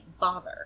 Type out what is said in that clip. bother